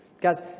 Guys